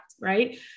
right